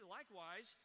Likewise